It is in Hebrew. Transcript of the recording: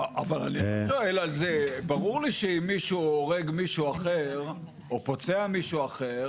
אם מישהו הורג מישהו אחר או פוצע מישהו אחר,